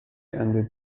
ended